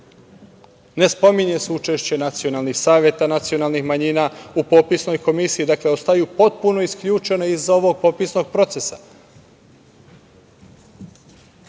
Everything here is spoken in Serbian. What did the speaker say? Ne spominje se učešće nacionalnih saveta nacionalnih manjina u popisnoj komisiji. Dakle, ostaju potpuno isključena iz ovog popisnog procesa.